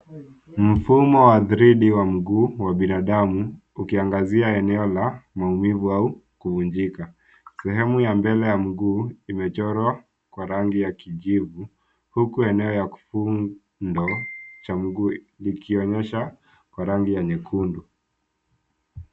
Mfumo wa gridi wa mguu wa binadamu, ukiangazia eneo la damu au kuvunjika. Sehemu ya mbele ya mguu imechorwa kwa rangi ya kijivu, huku eneo ya kifundo chaa. mguu ukionyesha kwa rangi ya nyekundu.